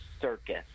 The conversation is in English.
circus